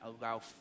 allow